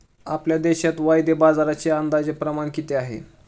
आपल्या देशात वायदे बाजाराचे अंदाजे प्रमाण किती आहे?